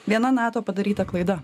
viena nato padaryta klaida